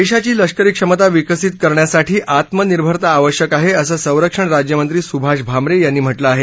देशाची लष्करी क्षमता विकसित करण्यासाठी आत्मनिर्भरता आवश्यक आहे असं संरक्षण राज्यमंत्री सुभाष भामरे यांनी म्हटलं आहे